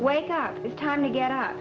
wake up it's time to get out